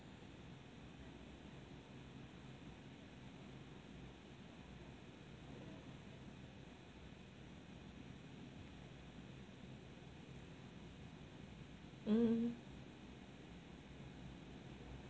mm